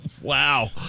Wow